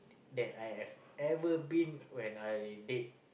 that I have ever been when I date